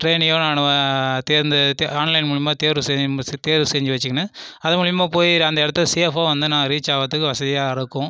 ட்ரைனையோ நான் தேர்ந்தெடுத்து ஆன்லைன் மூலிமா தேர்வு செய்யும் தேர்வு செஞ்சு வெச்சுக்கின்னு அது மூலிமா போய் அந்த இடத்தை சேஃபாக வந்து நான் ரீச் ஆகிறதுக்கு வசதியாக இருக்கும்